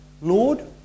Lord